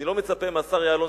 אני לא מצפה מהשר יעלון,